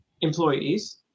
employees